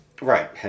Right